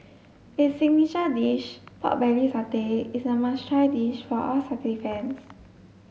its signature dish pork belly satay is a must try dish for all satay fans